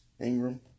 Ingram